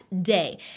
day